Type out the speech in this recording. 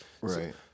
Right